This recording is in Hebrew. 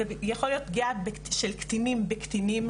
זו יכולה להיות פגיעה של קטינים בין קטינים,